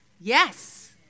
yes